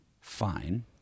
fine